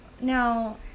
now